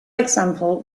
example